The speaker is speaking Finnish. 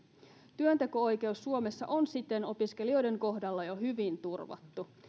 työnteko oikeus suomessa on siten opiskelijoiden kohdalla jo hyvin turvattu